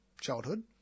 childhood